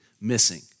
missing